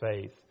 faith